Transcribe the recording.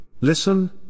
Listen